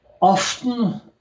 often